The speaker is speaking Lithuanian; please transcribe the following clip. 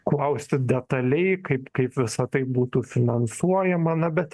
klausti detaliai kaip kaip visa tai būtų finansuojama na bet